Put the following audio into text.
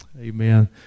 Amen